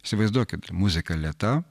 įsivaizduokit muzika lėta